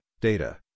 data